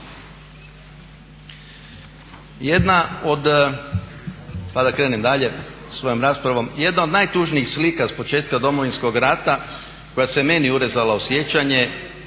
Jedna od najtužnijih slika s početka Domovinskog rata koja se meni urezala u sjećanje jest